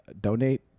donate